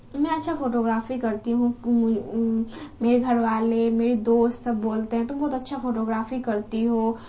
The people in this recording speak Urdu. میں اچھا فوٹوگرافی کرتی ہوں میرے گھر والے میرے دوست سب بولتے ہیں تم بہت اچھا فوٹوگرافی کرتی ہو